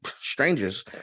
strangers